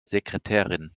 sekretärin